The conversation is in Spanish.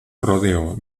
rodeó